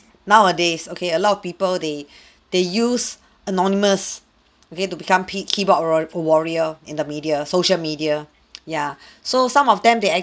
nowadays okay a lot of people they they use anonymous okay to become p keyboard ror~ warrior in the media social media yeah so some of them they ac~